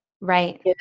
Right